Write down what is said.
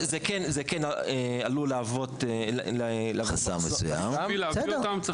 זה עלול להוות חסם מסוים -- בשביל להביא אותם צריך להאציל סמכויות.